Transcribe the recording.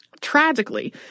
Tragically